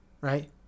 right